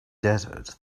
desert